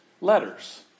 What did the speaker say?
letters